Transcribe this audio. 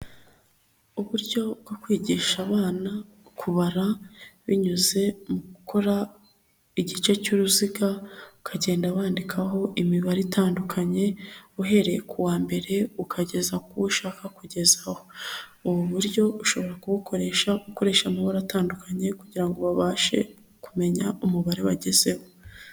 Uburyo bwo kwigisha abana kubara binyuze mu gukora igice cy'uruziga ukagenda wandikaho imibare itandukanye uhereye ku wa mbere ukageza kuwo ushaka kugezaho, ubu buryo ushobora kubukoresha ukoresha amabara atandukanye kugira ngo babashe kumenya umubare bagezeho.